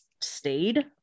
stayed